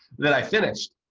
that i finished.